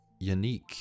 unique